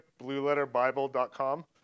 BlueLetterBible.com